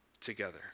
together